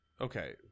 Okay